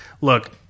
Look